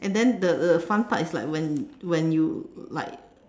and then the the fun part is like when when you like